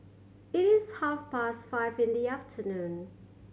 it is half past five in the afternoon